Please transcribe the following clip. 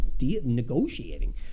negotiating